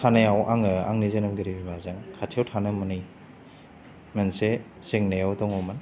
थानायाव आङो आंनि जोनोमगिरि बिमाजों खाथियाव थानो मोनै मोनसे जेंनायाव दङमोन